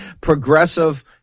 progressive